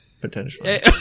Potentially